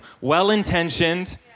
well-intentioned